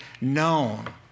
known